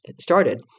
started